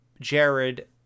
Jared